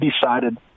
decided